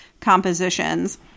compositions